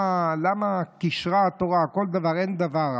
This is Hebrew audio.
למה קישרה התורה כל דבר, אין דבר.